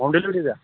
home delivery تہِ ہا